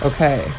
Okay